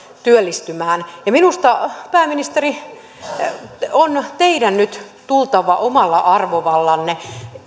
työllistymään ja minusta pääministeri teidän on nyt tultava omalla arvovallallanne